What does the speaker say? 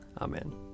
Amen